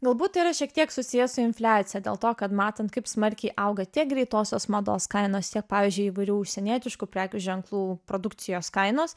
galbūt tai yra šiek tiek susiję su infliacija dėl to kad matant kaip smarkiai auga tiek greitosios mados kainos tiek pavyzdžiui įvairių užsienietiškų prekių ženklų produkcijos kainos